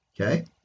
Okay